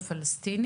הצטברו כספים,